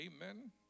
Amen